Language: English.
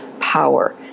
power